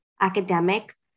academic